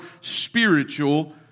spiritual